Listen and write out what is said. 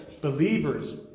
Believers